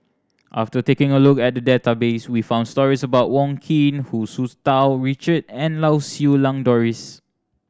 after taking a look at the database we found stories about Wong Keen Hu Tsu Tau Richard and Lau Siew Lang Doris